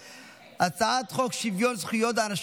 אני קובע כי הצעת חוק לתיקון ולהארכת